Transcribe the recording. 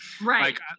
Right